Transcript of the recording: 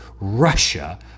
Russia